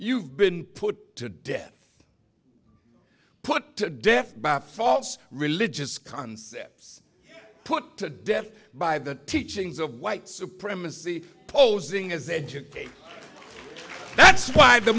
you've been put to death put to death by false religious concepts put to death by the teachings of white supremacy posing as agent k that's why the